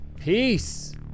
Peace